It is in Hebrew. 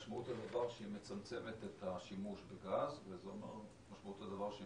משמעות הדבר שהיא מצמצמת את השימוש בגז וגם מצמצמת